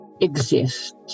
exist